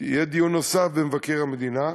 יהיה דיון נוסף עם מבקר המדינה,